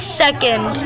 second